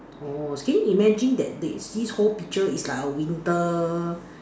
oh can you imagine that this this whole picture is like a winter